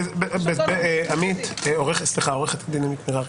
עו"ד עמית מררי,